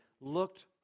looked